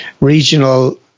regional